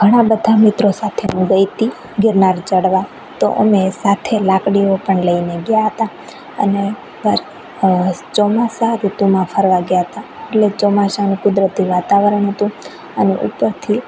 ઘણા બધા મિત્રો સાથે હું ગઈ હતી ગિરનાર ચડવા તો અમે સાથે લાકડીઓ પણ લઈને ગયા હતા અને પર ચોમાસા ઋતુમાં ફરવા ગયા હતા એટલે ચોમાસામાં કુદરતી વાતાવરણ હતું અને ઉપરથી